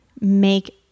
make